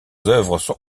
œuvres